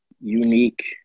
unique